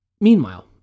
Meanwhile